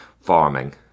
farming